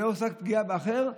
רק לצורך פגיעה באחר,